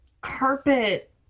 carpet